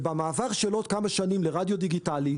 ובמעבר של עוד כמה שנים לרדיו דיגיטלי,